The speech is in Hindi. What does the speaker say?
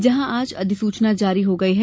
जहां आज अधि सूचना जारी हो गई है